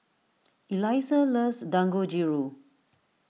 Elisa loves Dangojiru